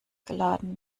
geladen